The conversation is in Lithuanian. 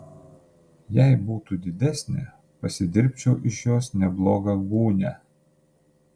jei būtų didesnė pasidirbdinčiau iš jos neblogą gūnią